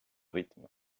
rythme